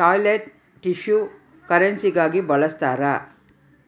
toilet tissue ಕರೆನ್ಸಿಗಾಗಿ ಬಳಸ್ತಾರ